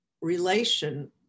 relation